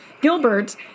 gilbert